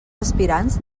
aspirants